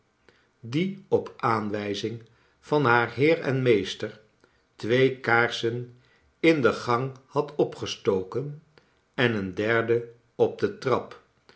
die op aan wij zing van haar heer en meester twee kaarsen in de gang had opges token en een derde op de trap